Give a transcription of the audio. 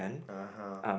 ah !huh!